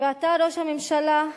ואתה, ראש הממשלה,